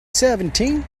seventeen